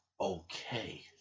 okay